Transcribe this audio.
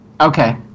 Okay